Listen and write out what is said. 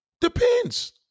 Depends